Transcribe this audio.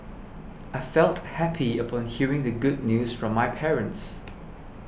I felt happy upon hearing the good news from my parents